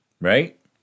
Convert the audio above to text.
right